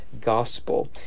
gospel